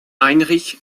heinrich